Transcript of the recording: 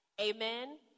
Amen